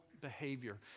behavior